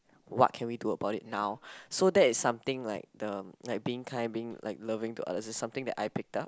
what can we do about it now so that is something like the like being kind being like loving is something I picked up